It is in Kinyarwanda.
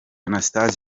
anastase